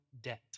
debt